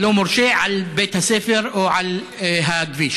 הלא-מורשה על בית הספר או על הכביש.